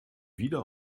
wieder